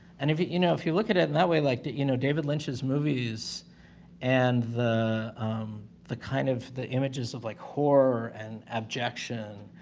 and if, you you know, if you look at it, and that way like that, you know, david lynch's movies and the the kind of the images of, like, horror, and objection,